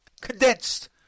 condensed